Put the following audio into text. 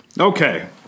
Okay